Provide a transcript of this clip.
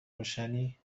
روشنی